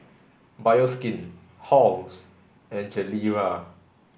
Bioskin Halls and Gilera